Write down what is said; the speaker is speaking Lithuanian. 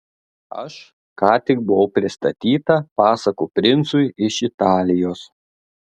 aš ką tik buvau pristatyta pasakų princui iš italijos